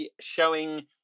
showing